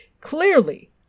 clearly